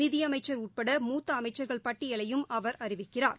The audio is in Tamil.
நிதியமைச்சர் உட்பட மூத்தஅமைச்சர்கள் பட்டியலையும் அவர் அறிவிக்கிறார்